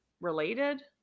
related